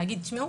להגיד תשמעו,